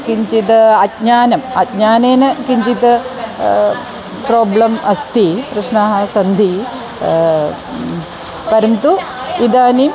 किञ्चिद् अज्ञानम् अज्ञानेन किञ्चित् प्राब्लम् अस्ति प्रश्नाः सन्ति परन्तु इदानीम्